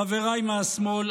חבריי מהשמאל,